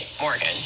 Morgan